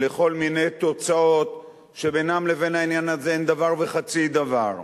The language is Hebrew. לכל מיני תוצאות שבינן לבין העניין הזה אין דבר וחצי דבר.